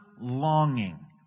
longing